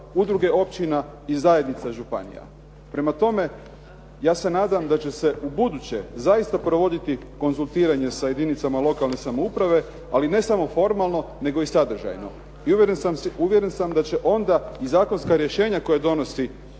uvjeren sam da će onda i zakonska rješenja koja donosi